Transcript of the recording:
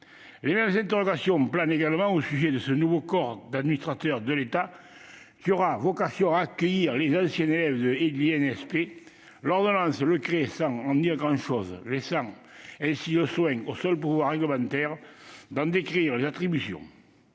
Les mêmes interrogations planent au-dessus du nouveau corps d'administrateurs de l'État qui aura vocation à accueillir les anciens élèves de l'INSP. L'ordonnance le crée sans le préciser, laissant le soin au seul pouvoir réglementaire d'en décrire les attributions.